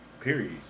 Period